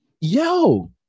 Yo